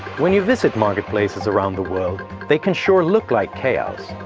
when you visit marketplaces around the world, they can sure look like chaos,